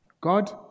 God